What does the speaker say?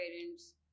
parents